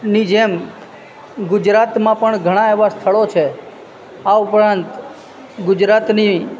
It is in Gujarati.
ની જેમ ગુજરાતમાં પણ ઘણા એવા સ્થળો છે આ ઉપરાંત ગુજરાતની